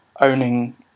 owning